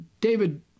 David